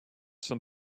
some